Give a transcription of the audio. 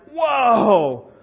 whoa